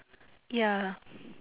ya